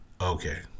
okay